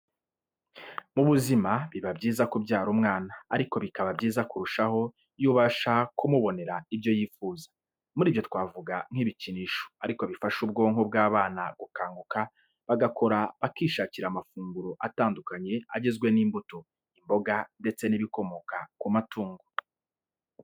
Mu buzima biba byiza kubyara umwana ariko bikaba byiza kurushaho iyo ubasha kumubonera ibyo yifuza, muri byo twavuga nk'ibikinisho ariko bifasha ubwonko bw'abana gukanguka bagakora bakishakira amafunguro atandukanye agizwe n'imbuto, imboga ndetse n'ibikomoka ku matungo.